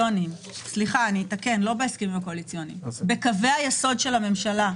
כבר בקווי היסוד של הממשלה,